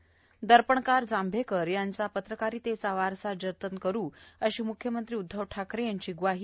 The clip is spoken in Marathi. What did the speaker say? त दर्पणकार जांभेकर यांचा पत्रकारितेचा वसा जनत करू अशी म्ख्यमंत्री उद्धव ठाकरे यांची ग्वाही